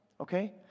Okay